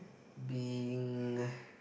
being